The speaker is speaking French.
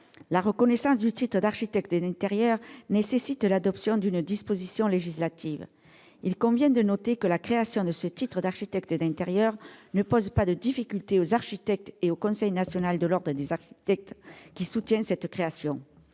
La reconnaissance du titre d'architecte d'intérieur nécessite l'adoption d'une disposition législative. On signalera que la création de ce titre d'architecte d'intérieur ne pose pas de difficulté aux architectes et au Conseil national de l'ordre des architectes, qui soutient cette création.